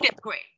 grade